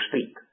speak